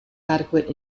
adequate